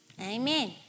Amen